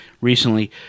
recently